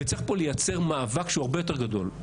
וצריך פה לייצר מאבק שהוא הרבה יותר גדול,